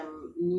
ya lah